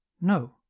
no